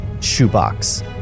Shoebox